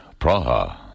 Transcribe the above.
Praha